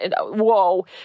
whoa